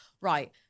right